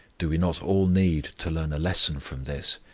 do we not all need to learn a lesson from this?